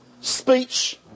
speech